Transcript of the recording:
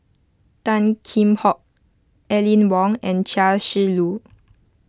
Tan Kheam Hock Aline Wong and Chia Shi Lu